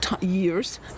years